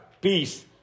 peace